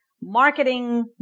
marketing